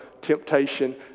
temptation